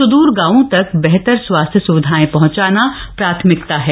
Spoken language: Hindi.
स्दूर गांवों तक बेहतर स्वास्थ्य स्विधा पहुंचाना प्राथमिकता है